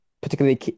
particularly